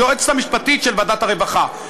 היועצת המשפטית של ועדת הרווחה.